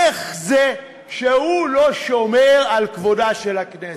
איך זה שהוא לא שומר על כבודה של הכנסת?